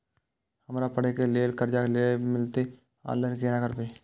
हमरा पढ़े के लेल कर्जा जे मिलते ऑनलाइन केना करबे?